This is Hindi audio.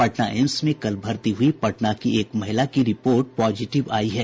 पटना एम्स में कल भर्ती हुई पटना की एक महिला की रिपोर्ट पॉजिटिव आयी है